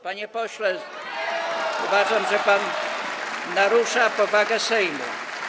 Panie pośle, uważam, że pan narusza powagę Sejmu.